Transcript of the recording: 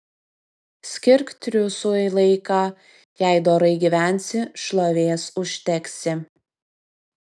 skirk triūsui laiką jei dorai gyvensi šlovės užteksi